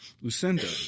Lucinda